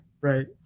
Right